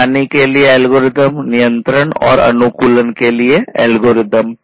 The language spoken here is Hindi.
निगरानी के लिए एल्गोरिदम नियंत्रण और अनुकूलन के लिए एल्गोरिदम